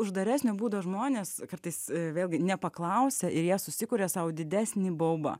uždaresnio būdo žmonės kartais vėlgi nepaklausia ir jie susikuria sau didesnį baubą